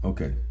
Okay